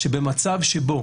במצב שבו